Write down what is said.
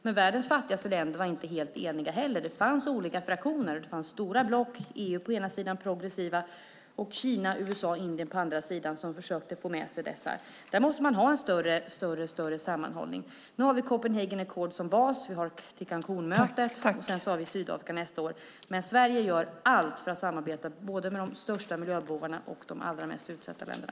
Men världens fattigaste länder var inte heller helt eniga. Det fanns olika fraktioner. Det fanns stora block, EU på ena sidan, progressiva, och Kina, USA och Indien på andra sidan, som försökte få med sig dessa. Där måste man ha en större sammanhållning. Nu har vi Copenhagen Accord som bas. Vi har Cancúnmötet, och sedan har vi Sydafrika nästa år. Men Sverige gör allt för att samarbeta med både de största miljöbovarna och de allra mest utsatta länderna.